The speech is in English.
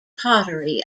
pottery